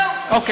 זהו, בדיוק.